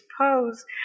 pose